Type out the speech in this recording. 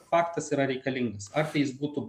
faktas yra reikalingas ar tai jis būtų